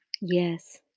Yes